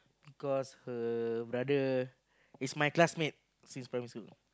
because her brother is my classmate since primary school